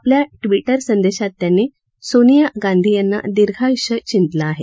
आपल्या ट्विटर संदेशात त्यांनी सोनिया गांधी यांना दीर्घायुष्य चिंतलं आहे